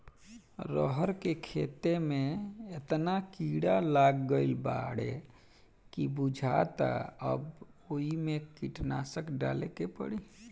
रहर के खेते में एतना कीड़ा लाग गईल बाडे की बुझाता अब ओइमे कीटनाशक डाले के पड़ी